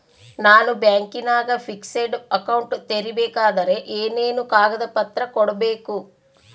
ನಾನು ಬ್ಯಾಂಕಿನಾಗ fixed account ತೆರಿಬೇಕಾದರೆ ಏನೇನು ಕಾಗದ ಪತ್ರ ಕೊಡ್ಬೇಕು?